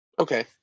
Okay